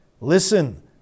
Listen